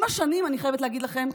עם השנים, אני חייבת להגיד לכם,